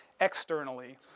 externally